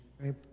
right